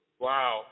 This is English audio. Wow